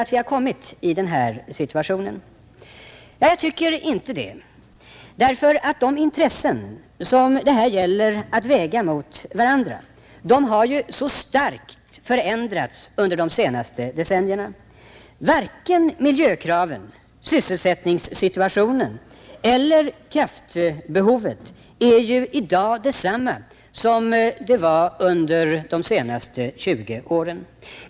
Det är först den här gången det har visat sig att de motstående intressena så kraftigt trappats upp så att det blivit omöjligt att nå politisk enighet i den här för hela befolkningen och för Norrlands befolkning och samerna i synnerhet så viktiga frågan. Finns det anledning att förvåna sig över att vi har kommit i den här situationen? Jag tycker inte det, därför att de intressen som det här gäller att väga mot varandra har så starkt förändrats under de senaste decennierna. Varken miljökraven, sysselsättningssituationen eller kraftbehovet är ju i dag detsamma som det var under de senaste 20 åren.